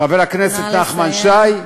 חבר הכנסת נחמן שי,